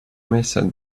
method